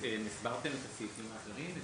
הסברתם את הסעיפים האחרים?